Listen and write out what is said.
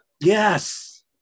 Yes